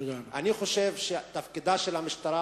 אני חושב שתפקיד המשטרה